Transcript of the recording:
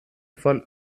von